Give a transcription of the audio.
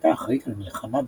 שהייתה אחראית על מלחמה בספסרות,